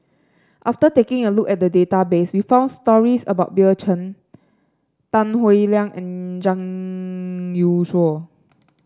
after taking a look at the database we found stories about Bill Chen Tan Howe Liang and Zhang Youshuo